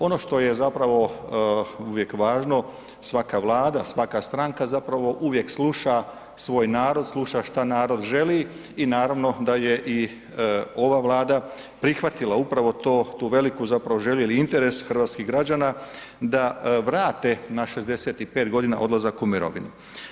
Ono što je zapravo uvijek važno, svaka vlada, svaka stranka zapravo uvijek sluša svoj narod, sluša što narod želi i naravno da je i ova Vlada prihvatila upravo to, tu veliku zapravo želji ili interes hrvatskih građana da vrate na 65 godina odlazak u mirovinu.